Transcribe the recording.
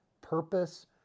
purpose